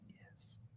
Yes